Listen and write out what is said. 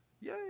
yay